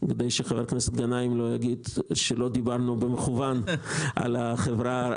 לחבר הכנסת גנאים כדי שהוא לא יגיד שלא דיברנו במכוון על חברת המיעוטים.